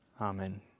Amen